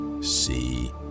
see